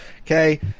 Okay